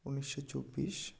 উনিশশো চব্বিশ